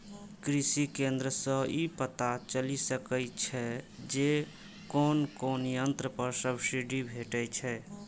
कृषि केंद्र सं ई पता चलि सकै छै जे कोन कोन यंत्र पर सब्सिडी भेटै छै